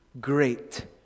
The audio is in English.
great